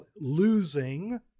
losing